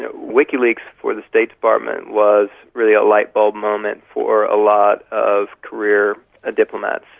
ah wikileaks for the state department was really a light bulb moment for a lot of career ah diplomats.